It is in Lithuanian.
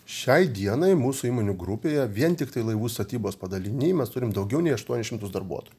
šiai dienai mūsų įmonių grupėje vien tiktai laivų statybos padaliniai mes turim daugiau nei aštuonis šimtus darbuotojų